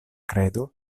kredo